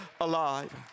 alive